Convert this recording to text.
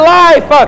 life